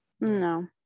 No